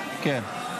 בסדר?